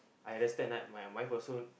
I understand that my wife also